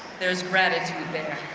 there's gratitude there.